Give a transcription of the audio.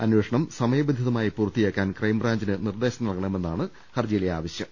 അന്വേഷണം സമയബന്ധിതമായി പൂർത്തിയാക്കാൻ ക്രൈംബ്രാഞ്ചിന് നിർദേശം നൽകണമെന്നാണ് ഹർജിയിലെ ആവശ്യം